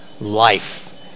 life